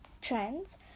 trends